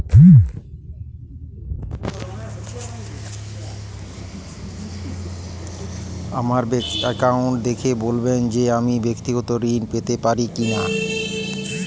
আমার অ্যাকাউন্ট দেখে বলবেন যে আমি ব্যাক্তিগত ঋণ পেতে পারি কি না?